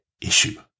issue